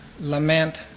lament